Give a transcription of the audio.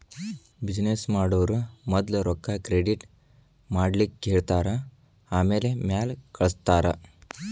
business ಮಾಡೊವ್ರು ಮದ್ಲ ರೊಕ್ಕಾ ಕ್ರೆಡಿಟ್ ಮಾಡ್ಲಿಕ್ಕೆಹೆಳ್ತಾರ ಆಮ್ಯಾಲೆ ಮಾಲ್ ಕಳ್ಸ್ತಾರ